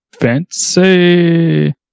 fancy